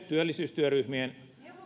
työllisyystyöryhmien